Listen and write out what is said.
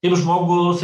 ir žmogus